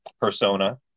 persona